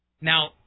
now